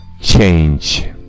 change